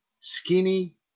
skinny